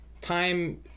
time